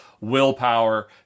willpower